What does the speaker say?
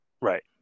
Right